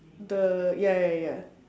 the ya ya ya